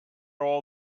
all